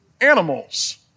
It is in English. animals